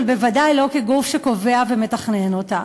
אבל בוודאי לא כגוף שקובע ומתכנן אותה.